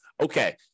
okay